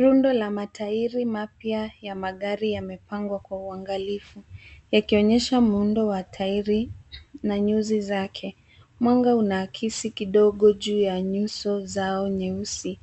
Rundo la matairi mapya ya magari yamepangwa kwa uangalifu, yakionyesha muundo wa tairi ma nyuzi zake. Mwanga unaakisi kidogo juu ya nyuso zao nyeusi